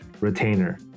retainer